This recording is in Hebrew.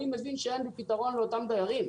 אני מבין שאין לי פתרון לאותם דיירים,